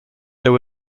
there